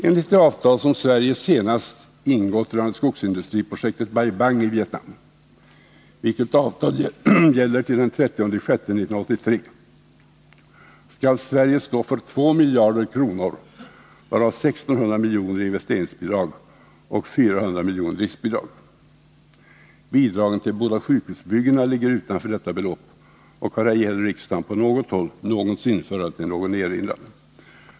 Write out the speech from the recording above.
Enligt det avtal som Sverige senast ingått rörande skogsindustriprojektet Bai Bang i Vietnam, vilket avtal gäller till den 30 juni 1983, skall Sverige stå för 2 miljarder kronor, varav 1600 miljoner i investeringsbidrag och 400 miljoner i driftbidrag. Bidragen till de båda sjukhusbyggena ligger utanför detta belopp och har ej heller i riksdagen på något håll någonsin föranlett någon erinran.